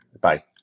Bye